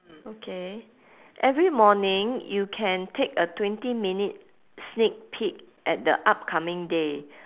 okay every morning you can take a twenty minute sneak peek at the upcoming day